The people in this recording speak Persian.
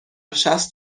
شصت